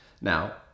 Now